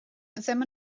ddim